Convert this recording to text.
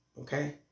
okay